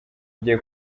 igiye